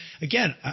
again